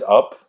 up